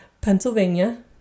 Pennsylvania